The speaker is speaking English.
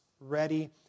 ready